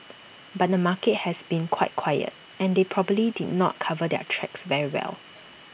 but the market has been quite quiet and they probably did not cover their tracks very well